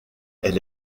elle